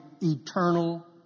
eternal